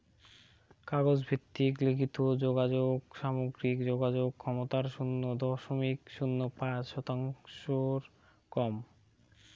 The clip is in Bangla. কাগজ ভিত্তিক লিখিত যোগাযোগ সামগ্রিক যোগাযোগ ক্ষমতার শুন্য দশমিক শূন্য পাঁচ শতাংশর কম